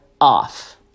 off